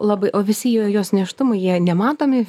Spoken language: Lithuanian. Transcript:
labai o visi jo jos nėštumai jie nematomi